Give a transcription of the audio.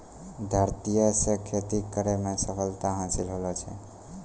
धरतीये से खेती करै मे सफलता हासिल होलो छै